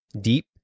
deep